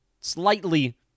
Slightly